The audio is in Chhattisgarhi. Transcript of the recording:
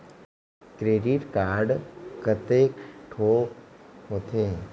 क्रेडिट कारड कतेक ठोक होथे?